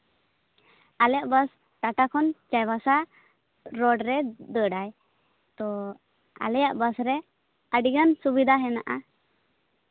ᱟᱞᱮᱭᱟᱜ ᱵᱟᱥ ᱴᱟᱴᱟ ᱠᱷᱚᱱ ᱪᱟᱭᱵᱟᱥᱟ ᱨᱳᱰ ᱨᱮ ᱫᱟᱹᱲᱟᱭ ᱛᱚ ᱟᱞᱮᱭᱟᱜ ᱵᱟᱥ ᱨᱮ ᱟᱹᱰᱤᱜᱟᱱ ᱥᱩᱵᱤᱫᱷᱟ ᱦᱮᱱᱟᱜᱼᱟ